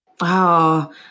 Wow